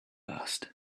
asked